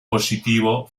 positivo